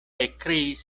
ekkriis